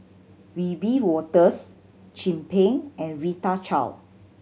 Wiebe Wolters Chin Peng and Rita Chao